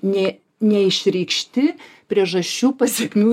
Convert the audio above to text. nė neišreikšti priežasčių pasekmių